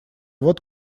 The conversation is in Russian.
вот